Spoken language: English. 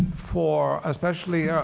for especially,